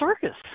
circus